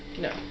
No